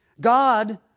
God